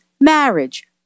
marriage